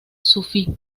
sufí